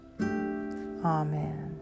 Amen